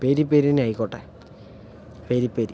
peri peri തന്നെ ആയിക്കോട്ടെ peri peri